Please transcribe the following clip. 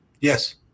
Yes